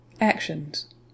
Actions